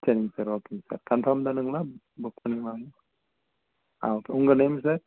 சரிங் சார் ஓகேங்க சார் கன்ஃபார்ம்தானுங்களா புக் பண்ணிடலாமா ஆ ஓகே உங்கள் நேம் சார்